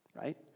Right